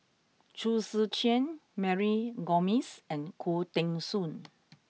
Chong Tze Chien Mary Gomes and Khoo Teng Soon